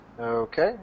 okay